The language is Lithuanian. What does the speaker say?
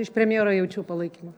iš premjero jaučiau palaikymą